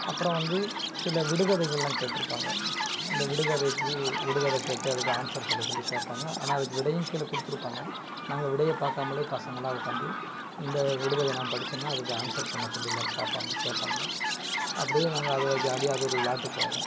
அப்புறம் வந்து சில விடுகதைள்லாம் கேட்டிருப்பாங்க அந்த விடுகதைக்கு விடுகதை கேட்டு அதுக்கு ஆன்ஸர் சொல்லச் சொல்லி கேட்பாங்க ஆனால் அதுக்கு விடையும் கீழே கொடுத்துருப்பாங்க நாங்கள் விடையை பார்க்காமலே பசங்கள்லாம் உட்காந்து இந்த விடுகதையை நான் படிச்சேனா அதுக்கு ஆன்ஸர் பண்ண சொல்லி எல்லாரும் பார்ப்பாங்க கேட்பாங்க அப்படியே நாங்கள் அதில் ஜாலியாக அது ஒரு விளாயாட்டு போவோம்